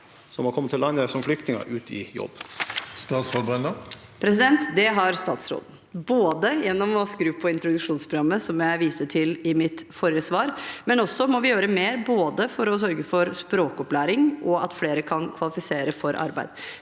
som har kommet til landet som flyktninger, ut i jobb? Statsråd Tonje Brenna Det har statsråd- en, gjennom å skru på introduksjonsprogrammet, som jeg viste til i mitt forrige svar, og vi må også gjøre mer for å sørge for både språkopplæring og at flere kan kvalifisere for arbeid.